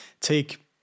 take